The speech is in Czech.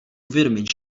uvědomit